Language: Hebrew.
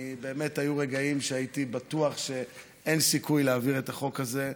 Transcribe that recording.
באמת היו רגעים שהייתי בטוח שאין סיכוי להעביר את החוק הזה.